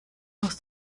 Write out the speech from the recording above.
aus